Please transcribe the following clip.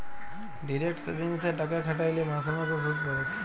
direct সেভিংসে টাকা খ্যাট্যাইলে মাসে মাসে সুদ পাবেক